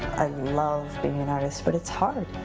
i love being an artist but it's hard.